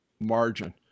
margin